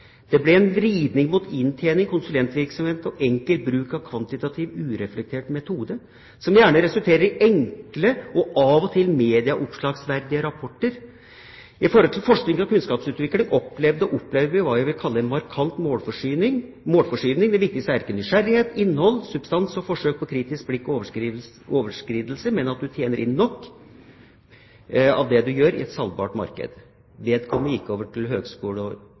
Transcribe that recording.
Det ble en vridning mot inntjening, konsulentvirksomhet og enkel bruk av kvantitativ, ureflektert metode, – som gjerne resulterer i enkle og av og til medieoppslagsverdige rapporter. I forhold til forsknings- og kunnskapsutvikling opplevde og opplever vi hva jeg vil kalle en markant målforskyvning. Det viktigste er ikke nysgjerrighet, innhold, substans og forsøk på kritisk blikk og overskridelse, men at du tjener inn nok ved at det du gjør er salgbart i et marked.» Vedkommende gikk over til høgskole- og